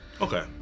Okay